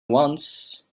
once